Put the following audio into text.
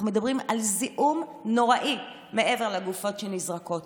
אנחנו מדברים על זיהום נוראי מעבר לגופות שנזרקות.